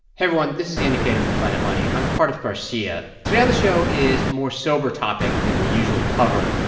everyone. this is the indicator from planet money. i'm cardiff garcia. today on the show is a more sober topic than we usually cover,